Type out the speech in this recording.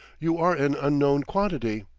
you are an unknown quantity,